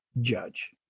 judge